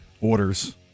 orders